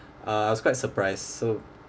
uh I was quite surprised so